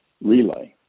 relay